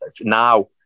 Now